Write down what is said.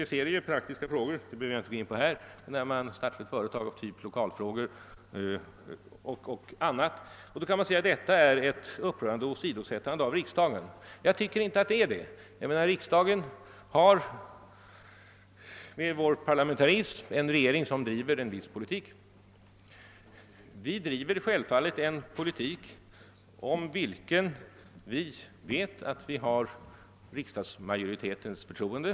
Det rör sig om praktiska ting av typen lokalanskaffningar m.m., något som jag inte behöver i detalj gå in på här. Då kan man säga att detta är ett upprörande åsidosättande av riksdagen. Men jag tycker inte att så är förhållandet. Parlamentarismen innebär att vi i regeringen självfallet driver en politik som vi vet omfattas av riksdagsmajoritetens förtroende.